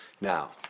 Now